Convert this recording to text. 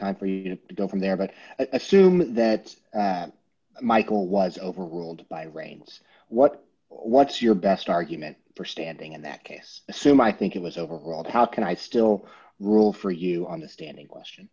time for you don't from there but i soon that michael was overruled by raines what what's your best argument for standing in that case assume i think it was overall how can i still rule for you understanding question